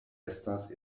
estas